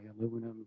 aluminum